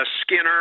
Skinner